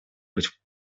быть